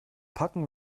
packen